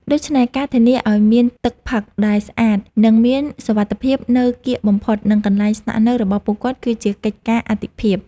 ដូច្នេះ ការធានាឱ្យមានទឹកផឹកដែលស្អាត និងមានសុវត្ថិភាពនៅកៀកបំផុតនឹងកន្លែងស្នាក់នៅរបស់ពួកគាត់ គឺជាកិច្ចការអាទិភាព។